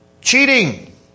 cheating